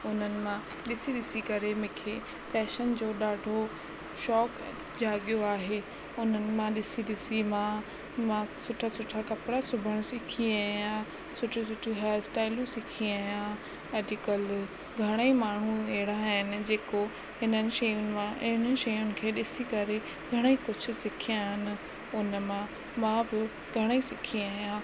उन्हनि मां ॾिसी ॾिसी करे मूंखे फैशन जो ॾाढो शौंक़ु जागियो आहे उन्हनि मां ॾिसी ॾिसी मां मां सुठा सुठा कपिड़ा सिबण सिखी आहियां सुठियूं सुठियूं हेयर स्टाइलू सिखी आहियां अॼुकल्ह घणेई माण्हू अहिड़ा आहिनि जेको इन्हनि शयुनि मां ऐं इन शयुनि खे ॾिसी करे पिण कुझु सिखिया आहिनि उन मां मां बि घणेई सिखी आहियां